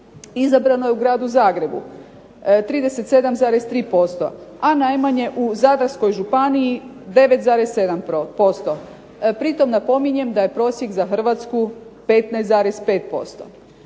izabrano je u gradu Zagrebu 37,3%, a najmanje u Zadarskoj županiji 9,7%. Pritom napominjem da je prosjek za Hrvatsku 15,5%